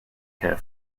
care